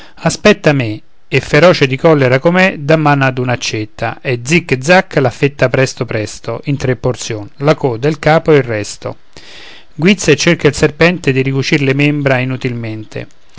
aspetta me e feroce di collera com'è dà mano ad un'accetta e zic zac l'affetta presto presto in tre porzion la coda il capo e il resto guizza e cerca il serpente di ricucir le membra inutilmente